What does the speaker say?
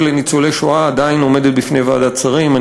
לניצולי השואה עדיין עומדת בפני ועדת שרים,